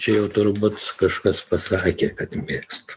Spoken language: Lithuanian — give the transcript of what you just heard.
čia jau turbūt kažkas pasakė kad mėgstu